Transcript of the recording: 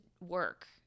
work